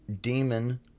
demon